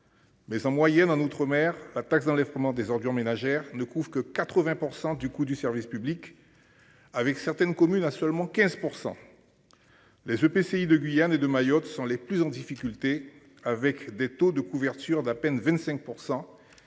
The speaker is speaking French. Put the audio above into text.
Mais en moyenne en outre-mer la taxe d'enlèvement des ordures ménagères ne couvre que 80% du coût du service public. Avec certaines communes à seulement 15%. Les EPCI de Guyane et de Mayotte sont les plus en difficulté avec des taux de couverture d'à peine 25%.